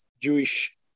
Jewish